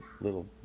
little